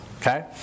Okay